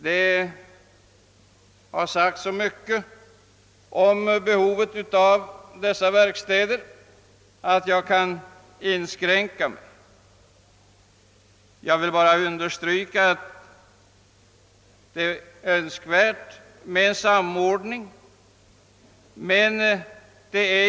Det har sagts så mycket om behovet av skyddade verkstäder att jag kan inskränka mig till att understryka att en samordning är önskvärd.